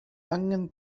angen